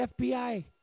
FBI